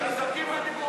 חזקים בדיבורים,